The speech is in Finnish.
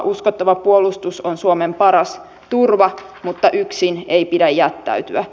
uskottava puolustus on suomen paras turva mutta yksin ei pidä jättäytyä